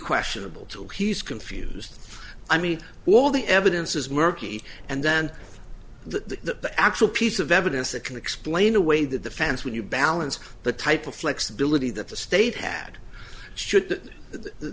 questionable too he's confused i mean all the evidence is murky and then the actual piece of evidence that can explain away the defense when you balance the type of flexibility that the state had should th